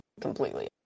completely